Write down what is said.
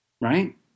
right